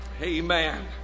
Amen